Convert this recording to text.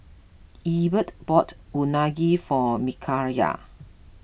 Egbert bought Unagi for Mikayla